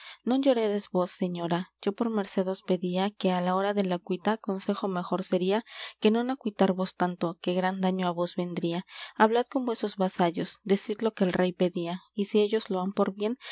non lloredes vos señora yo por merced os pedía que á la hora de la cuita consejo mejor sería que non acuitarvos tanto que gran daño á vos vendría hablad con vuesos vasallos decid lo que el rey pedía y si ellos lo han por bien